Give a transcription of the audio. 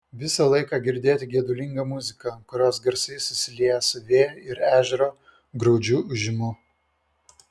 visą laiką girdėti gedulinga muzika kurios garsai susilieja su vėjo ir ežero graudžiu ūžimu